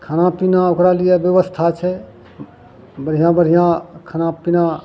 खाना पीना ओकरा लिए व्यवस्था छै बढ़िआँ बढ़िआँ खाना पीना